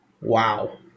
wow